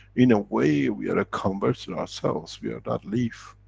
in a way we are a converter and ourselves, we are that leaf,